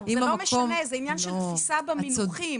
זה עניין של תפיסה במינוחים.